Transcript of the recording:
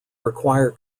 require